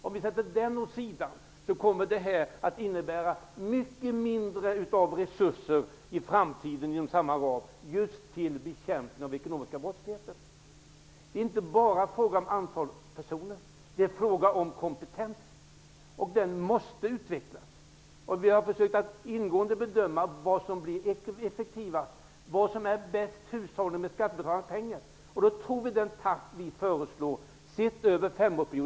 Om vi sätter denna åt sidan blir det i framtiden fråga om mycket mindre resurser inom samma ram just när det gäller bekämpningen av den ekonomiska brottsligheten. Det är inte bara fråga om antalet personer, utan det är också fråga om kompetensen. Denna måste utvecklas. Vi har försökt att ingående bedöma vad som blir effektivast, vad som blir bästa hushållningen med skattebetalarnas pengar. Då valde vi den takt som vi också har föreslagit. Vi ser alltså detta över en femårsperiod.